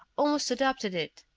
almost adopted it.